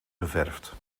geverfd